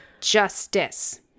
justice